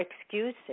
excuses